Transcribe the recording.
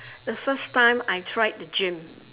the first time I tried the gym